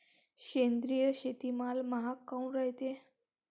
सेंद्रिय शेतीमाल महाग काऊन रायते?